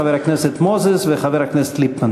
חבר הכנסת מוזס וחבר הכנסת ליפמן,